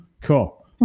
Cool